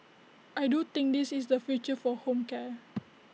I do think this is the future for home care